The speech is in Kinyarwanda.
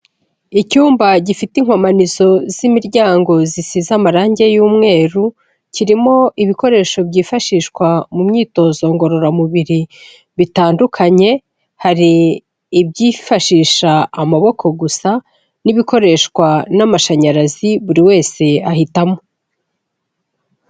Icyumba gifite inkomanizo z'imiryango zisize amarangi y'umweru, kirimo ibikoresho byifashishwa mu myitozo ngororamubiri bitandukanye, hari ibyifashisha amaboko gusa, n'ibikoreshwa n'amashanyarazi buri wese ahitamo.